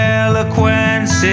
eloquence